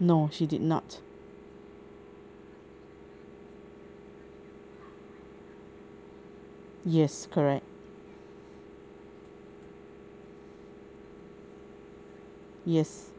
no she did not yes correct yes